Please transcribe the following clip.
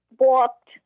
walked